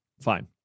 fine